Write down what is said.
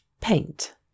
Paint